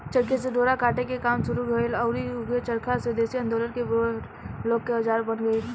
चरखे से डोरा काटे के काम शुरू भईल आउर ऊहे चरखा स्वेदेशी आन्दोलन के बेर लोग के औजार बन गईल